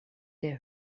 der